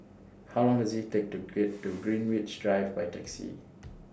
How Long Does IT Take to get to Greenwich Drive By Taxi